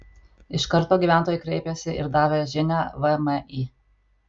iš karto gyventojai kreipėsi ir davė žinią vmi